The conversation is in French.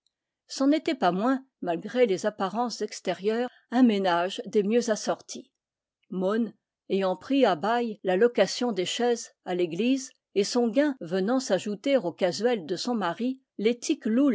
n'en était pas moins malgré les apparences extérieu res un ménage des mieux assortis mon ayant pris à bail la location des chaises à l'église et son gain venant s'ajou ter au casuel de son mari